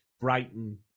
Brighton